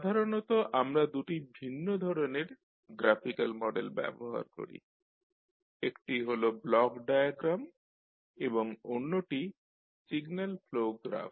সাধারণতঃ আমরা দুটি ভিন্ন ধরণের গ্রাফিকাল মডেল ব্যবহার করি একটি হল ব্লক ডায়াগ্রাম এবং অন্যটি সিগন্যাল ফ্লো গ্রাফ